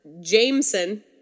Jameson